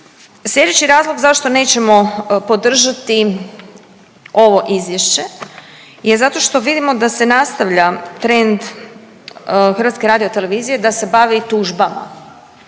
Slijedeći razlog zašto nećemo podržati ovo izvješće je zato što vidimo da se nastavlja trend HRT da se bavi tužbama